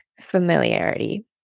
familiarity